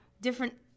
different